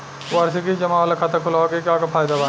वार्षिकी जमा वाला खाता खोलवावे के का फायदा बा?